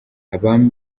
abami